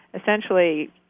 essentially